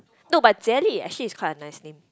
not but Jie-Li actually is quite a nice name